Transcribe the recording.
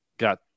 Got